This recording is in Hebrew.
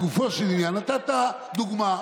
נתת דוגמה.